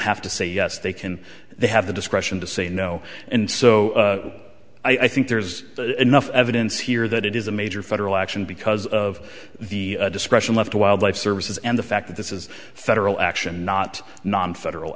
have to say yes they can they have the discretion to say no and so i think there's enough evidence here that it is a major federal action because of the discretion left to wildlife services and the fact that this is federal action not non federal